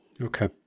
okay